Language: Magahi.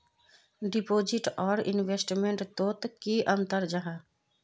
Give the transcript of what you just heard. डिपोजिट आर इन्वेस्टमेंट तोत की अंतर जाहा?